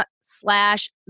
slash